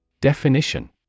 Definition